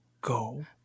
go